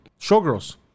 showgirls